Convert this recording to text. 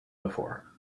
before